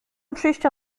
przyjścia